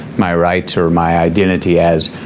my rights or my identity as